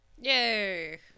Yay